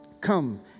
come